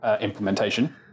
implementation